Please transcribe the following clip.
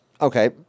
Okay